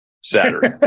Saturday